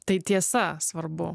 tai tiesa svarbu